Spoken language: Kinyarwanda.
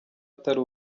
atari